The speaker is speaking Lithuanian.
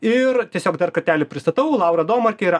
ir tiesiog dar kartelį pristatau laura domarkė yra